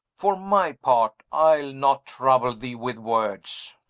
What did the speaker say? for my part, ile not trouble thee with words